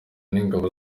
n’ingabo